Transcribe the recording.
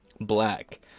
Black